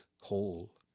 whole